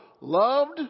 loved